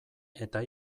eta